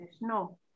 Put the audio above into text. No